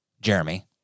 Jeremy